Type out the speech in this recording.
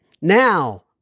now